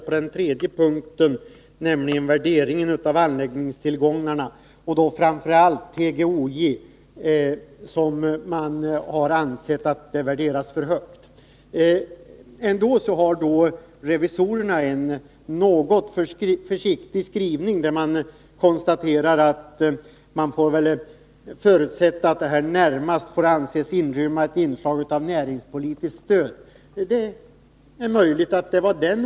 På den tredje punkten, nämligen värderingen av anläggningstillgångarna och då främst TGOJ, har revisorerna ansett att värdet satts för högt. Ändå har revisorerna en något försiktig skrivning. De konstaterar att man väl får förutsätta att uppgörelsen närmast får anses inrymma ett inslag av näringspolitiskt stöd. Det är möjligt att det var orsaken.